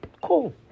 Cool